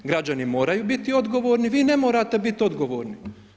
Građani moraju biti odgovorni, vi ne morate biti odgovorni.